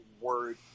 word